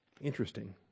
Interesting